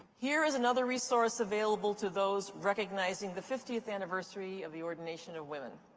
here is another resource available to those recognizing the fiftieth anniversary. of the ordination of women.